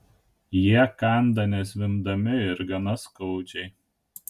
jie kanda nezvimbdami ir gana skaudžiai